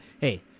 hey